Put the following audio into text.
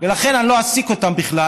ולכן אני לא אעסיק אותם בכלל,